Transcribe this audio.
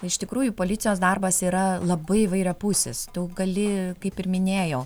iš tikrųjų policijos darbas yra labai įvairiapusis gali kaip ir minėjau